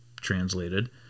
translated